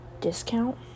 discount